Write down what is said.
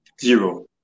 Zero